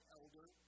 elder